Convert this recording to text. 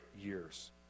years